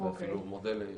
והוא אפילו מודל לארגונים.